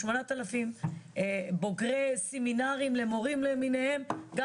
8,000 בוגרי סמינרים למורים למיניהם גם